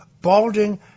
balding